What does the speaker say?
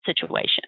situation